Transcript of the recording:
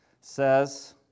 says